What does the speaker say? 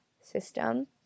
system